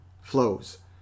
flows